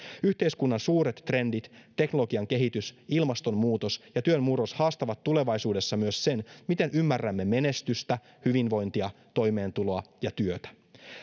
yhteiskunnan suuret trendit teknologian kehitys ilmastonmuutos ja työn murros haastavat tulevaisuudessa myös sen miten ymmärrämme menestystä hyvinvointia toimeentuloa ja työtä